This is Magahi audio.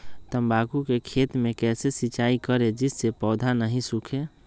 तम्बाकू के खेत मे कैसे सिंचाई करें जिस से पौधा नहीं सूखे?